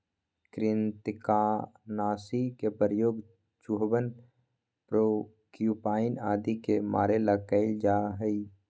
कृन्तकनाशी के प्रयोग चूहवन प्रोक्यूपाइन आदि के मारे ला कइल जा हई